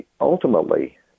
ultimately